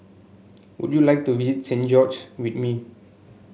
would you like to visit Saint George with me